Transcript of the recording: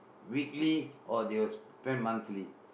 weekly or they will spend monthly